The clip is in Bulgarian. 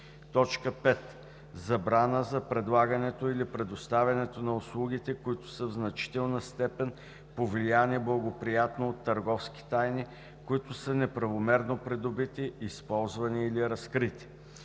ищеца; 5. забрана за предлагането или предоставянето на услугите, които са в значителна степен повлияни благоприятно от търговски тайни, които са неправомерно придобити, използвани или разкрити.